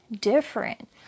different